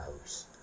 house